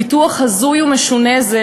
ביטוח הזוי ומשונה זה,